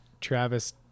Travis